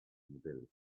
nobility